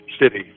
city